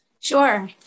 Sure